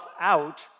out